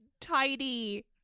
tidy